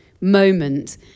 moment